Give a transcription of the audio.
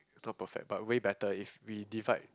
not perfect but way better if we divide